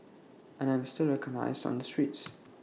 and I'm still recognised on the streets